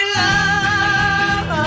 love